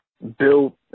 built